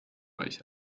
euch